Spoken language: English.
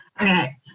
Okay